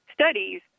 studies